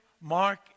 Mark